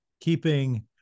keeping